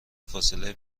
فاصله